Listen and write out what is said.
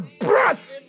breath